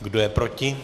Kdo je proti?